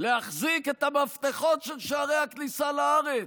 להחזיק את המפתחות של שערי הכניסה לארץ.